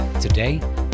today